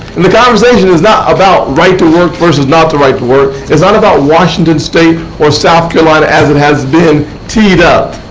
and the conversation is not about right-to-work versus not the right-to-work. it is not about washington state or south carolina, as it has been teed up.